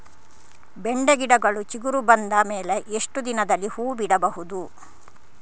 ಬೆಂಡೆ ಗಿಡಗಳು ಚಿಗುರು ಬಂದ ಮೇಲೆ ಎಷ್ಟು ದಿನದಲ್ಲಿ ಹೂ ಬಿಡಬಹುದು?